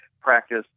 practice